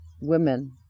women